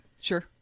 Sure